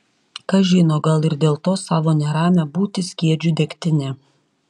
kas žino gal ir dėl to savo neramią būtį skiedžiu degtine